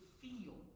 feel